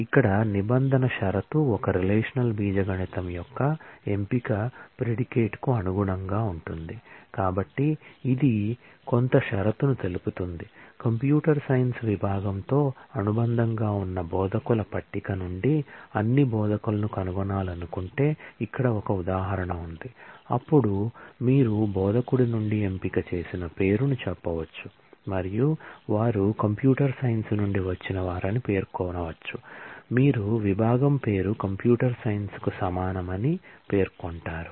ఇప్పుడు మనము where clause విభాగంతో అనుబంధంగా ఉన్న బోధకుల పట్టిక నుండి అన్ని బోధకులను కనుగొనాలనుకుంటే ఇక్కడ ఒక ఉదాహరణ ఉంది అప్పుడు మీరు బోధకుడి నుండి ఎంపిక చేసిన పేరును చెప్పవచ్చు మరియు వారు కంప్యూటర్ సైన్స్ నుండి వచ్చినవారని పేర్కొనవచ్చు మీరు విభాగం పేరు కంప్యూటర్ సైన్స్ కు సమానమని పేర్కొంటారు